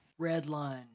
Redline